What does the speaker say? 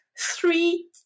three